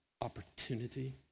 opportunity